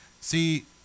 See